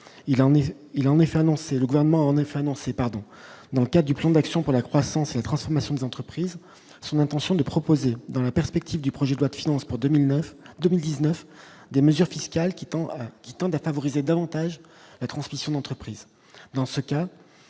il en est, il a en effet annoncé, le gouvernement a en effet annoncé, pardon, dans le cas du plan d'action pour la croissance et transformation des entreprise son intention de proposer, dans la perspective du projet de loi finance pour 2009 2019, des mesures fiscales qui tend. Qui tendent à favoriser davantage la transmission d'entreprise, dans ce cas,